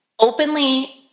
openly